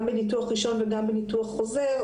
גם בניתוח ראשון וגם בניתוח חוזר,